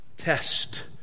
Test